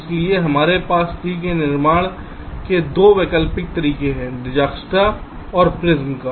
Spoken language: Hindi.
इसलिए हमारे पास ट्री के निर्माण के 2 वैकल्पिक तरीके हैं दिज्क्स्ट्रा या प्रिमस